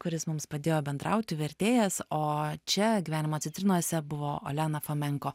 kuris mums padėjo bendrauti vertėjas o čia gyvenimo citrinose buvo olena fomenko